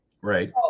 Right